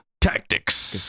Tactics